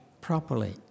properly